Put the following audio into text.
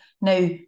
Now